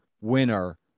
winner